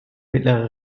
mittlere